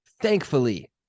Thankfully